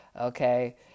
okay